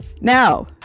Now